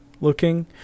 looking